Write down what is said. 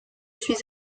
suis